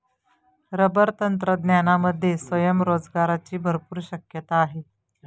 rubber तंत्रज्ञानामध्ये स्वयंरोजगाराची भरपूर शक्यता आहे